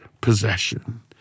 possession